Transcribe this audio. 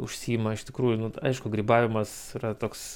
užsiima iš tikrųjų nu aišku grybavimas yra toks